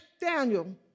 Daniel